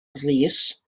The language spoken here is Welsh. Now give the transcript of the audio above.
rees